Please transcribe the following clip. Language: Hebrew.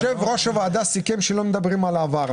יושב-ראש הוועדה סיכם שלא מדברים על העבר,